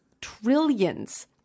trillions